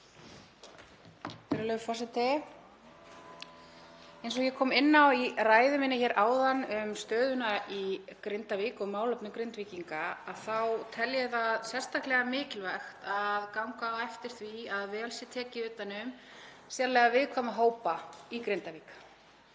Eins og ég kom inn á í ræðu minni áðan um stöðuna í Grindavík og málefni Grindvíkinga þá tel ég sérstaklega mikilvægt að ganga á eftir því að vel sé tekið utan um sérlega viðkvæma hópa í Grindavík.